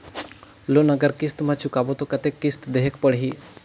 Loan अगर किस्त म चुकाबो तो कतेक किस्त देहेक पढ़ही?